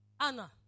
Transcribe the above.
Anna